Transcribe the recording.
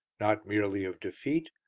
not merely of defeat,